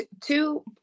Two